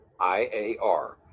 IAR